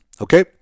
okay